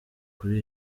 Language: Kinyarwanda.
kuri